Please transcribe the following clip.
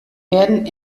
werden